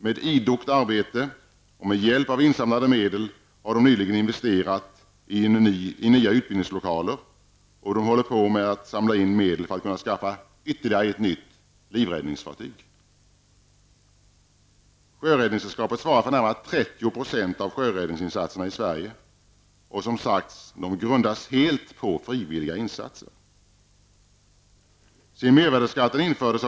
Med idogt arbete och med hjälp av insamlade medel har man nyligen investerat i nya utbildningslokaler och håller på med att samla in medel för att kunna skaffa ett nytt livräddningsfartyg. Sjöräddningssällskapet svarar för närmare 30 % av sjöräddningsinsatserna i Sverige -- och som sagts grundas det helt på frivilliga insatser.